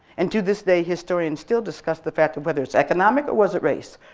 and to this day, historians still discuss the fact of whether it's economic or was it race?